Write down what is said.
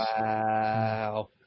Wow